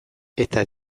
eta